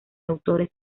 autores